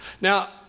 Now